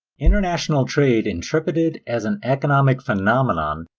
international trade interpreted as an economic phenomenon,